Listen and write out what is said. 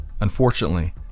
Unfortunately